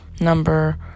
number